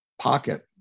pocket